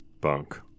bunk